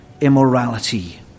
immorality